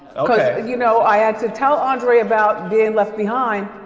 yeah you know, i had to tell andre about being left behind.